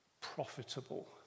profitable